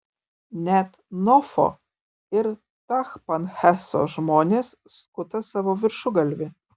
net nofo ir tachpanheso žmonės skuta savo viršugalvį